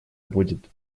будет